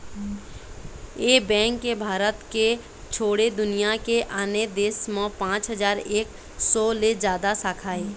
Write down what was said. ए bank के भारत के छोड़े दुनिया के आने देश म पाँच हजार एक सौ ले जादा शाखा हे